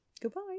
Goodbye